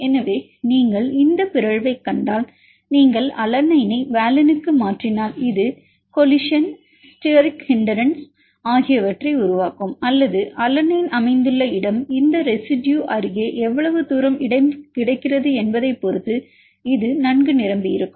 எனவே நீங்கள் இந்த பிறழ்வைக் கண்டால் நீங்கள் அலனைனை வாலினுக்கு மாற்றினால் இது கொல்லிஸன் ஸ்டெரிக் ஹிண்ட்ரன்ஸ் ஆகிவற்றை உருவாக்கும் அல்லது அலனைன் அமைந்துள்ள இடம் மற்றும் இந்த ரெசிடுயு அருகே எவ்வளவு தூரம் இடம் கிடைக்கிறது என்பதைப் பொறுத்து இது நன்கு நிரம்பியிருக்கும்